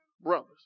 brothers